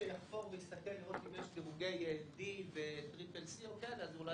אבל מי שיחפור ויסתכל לראות אם יש דירוגי D ו-CCC או כאלה,